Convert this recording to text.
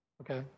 okay